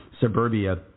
suburbia